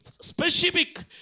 specific